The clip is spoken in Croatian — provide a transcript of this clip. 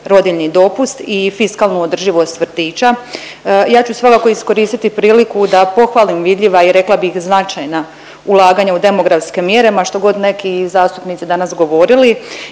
rodiljni dopust i fiskalnu održivost vrtića ja ću svakako iskoristiti priliku da pohvalim vidljiva i rekla bih značajna ulaganja u demografske mjere, ma što god neki zastupnici govorili.